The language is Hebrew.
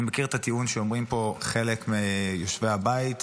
אני מכיר את הטיעון שאומרים פה חלק מיושבי הבית,